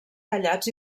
tallats